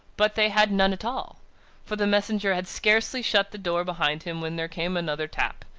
but they had none at all for the messenger had scarcely shut the door behind him, when there came another tap,